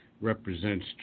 represents